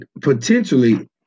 potentially